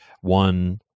one